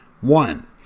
One